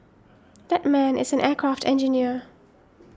that man is an aircraft engineer